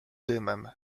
dymem